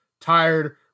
tired